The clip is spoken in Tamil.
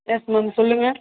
எஸ் மேம் சொல்லுங்கள்